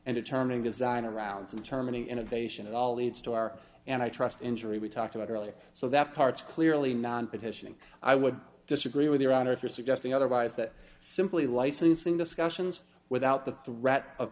and determining design arounds and terminating innovation it all leads to our and i trust injury we talked about earlier so that part's clearly non petition and i would disagree with your honor if you're suggesting otherwise that simply licensing discussions without the threat